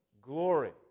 glory